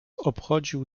obchodził